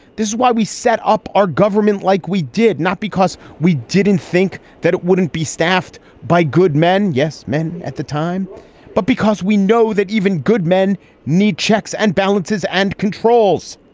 this is why we set up our government like we did not because we didn't think that it wouldn't be staffed by good men. yes men at the time but because we know that even good men need checks and balances and controls